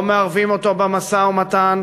לא מערבים אותו במשא-ומתן